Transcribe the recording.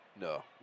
no